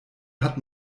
hat